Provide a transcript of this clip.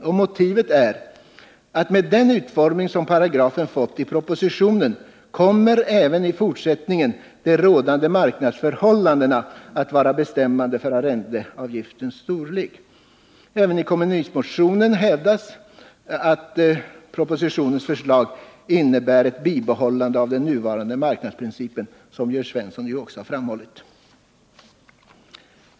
Och motivet är att med den utformning som paragrafen fått i propositionen kommer även i fortsättningen de rådande marknadsförhållandena att vara bestämmande för arrendeavgiftens storlek. Även i kommunistmotionen hävdas att propositionens förslag innebär ett bibehållande av den nuvarande marknadsprincipen, vilket Jörn Svensson också framhöll.